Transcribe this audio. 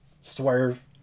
swerve